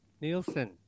Nielsen